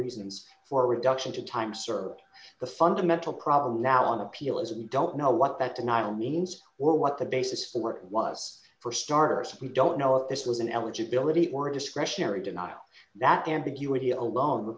reasons for reduction to time served the fundamental problem now on appeal is and we don't know what that denial means or what the basis for it was for starters we don't know that this was an eligibility or a discretionary denial that ambiguity alone